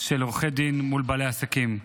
של עורכי דין מול בעלי עסקים.